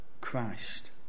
Christ